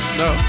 no